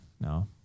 No